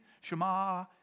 Shema